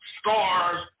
stars